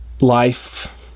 life